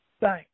thanks